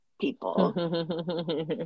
people